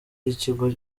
y’ikigo